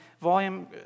Volume